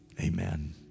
amen